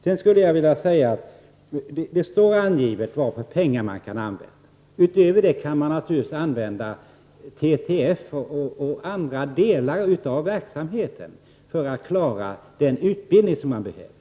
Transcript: Det står angivet i betänkandet vilka pengar som skall användas. Utöver dessa pengar kan man naturligtvis använda TTF och andra delar av verksamheten för klara den utbildning som behövs.